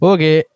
Okay